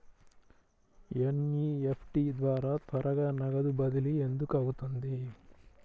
NEFT ద్వారా త్వరగా నగదు బదిలీ ఎందుకు అవుతుంది?